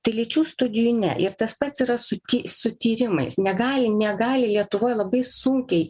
tai lyčių studijų ne ir tas pats yra su ty su tyrimais negali negali lietuvoj labai sunkiai